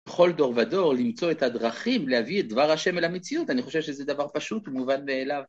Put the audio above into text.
בכל דור ודור למצוא את הדרכים להביא את דבר ה' למציאות, אני חושב שזה דבר פשוט ומובן מאליו.